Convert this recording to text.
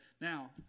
now